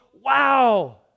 Wow